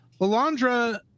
Lalandra